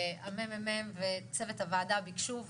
הממ"מ וצוות הוועדה ביקשו,